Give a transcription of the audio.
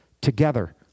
together